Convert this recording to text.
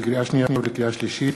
לקריאה שנייה ולקריאה שלישית: